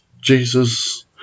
Jesus